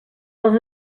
les